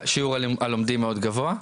שיעור הלומדים מאוד גבוה.